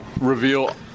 reveal